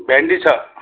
भेन्डी छ